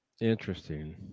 Interesting